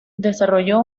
desarrolló